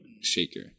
Shaker